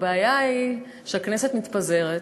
הבעיה היא שהכנסת מתפזרת,